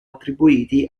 attribuiti